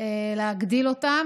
להגדיל אותם,